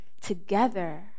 together